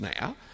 now